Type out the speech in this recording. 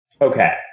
Okay